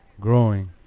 growing